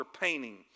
painting